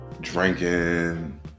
drinking